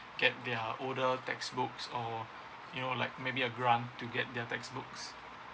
get their older textbooks or you know like maybe a grant to get their textbooks